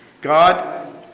God